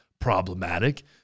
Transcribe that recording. problematic